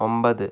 ഒമ്പത്